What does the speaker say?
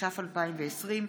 התש"ף 2020,